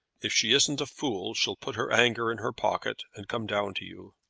if she isn't a fool she'll put her anger in her pocket, and come down to you.